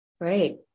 Great